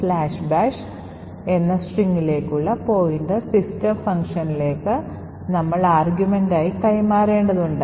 തുടർന്ന് "binbash" എന്ന സ്ട്രിംഗിലേക്കുള്ള pointer system function ലേക്ക് നമ്മൾ ആർഗ്യുമെന്റ് ആയി കൈ മാറേണ്ടതുണ്ട്